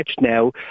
now